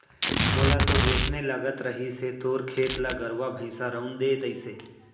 मोला तो वोसने लगत रहिस हे तोर खेत ल गरुवा भइंसा रउंद दे तइसे